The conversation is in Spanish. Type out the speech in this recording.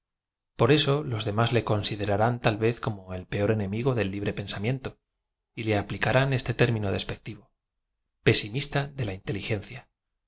r eso los demás le considerarán tal v e z como el peor enemigo del libre pensamiento y le aplicarán este término despectivo pesimista de la in